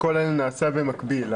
הכל נעשה במקביל.